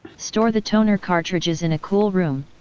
store the toner cartridges in a cool room,